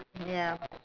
ya